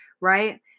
right